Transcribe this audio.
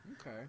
okay